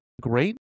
great